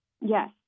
Yes